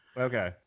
Okay